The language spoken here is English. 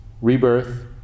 rebirth